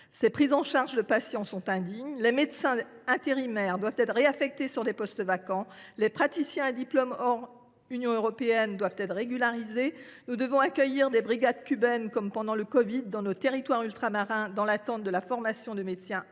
La prise en charge des patients est indigne. Les médecins intérimaires doivent être réaffectés sur des postes vacants. Les praticiens à diplôme hors Union européenne doivent être régularisés. Nous devons accueillir des brigades cubaines comme pendant la covid 19 dans nos territoires ultramarins, en attendant qu’un nombre suffisant de médecins soit